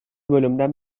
bölümden